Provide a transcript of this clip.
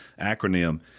acronym